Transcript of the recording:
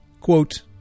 Quote